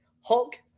Hulk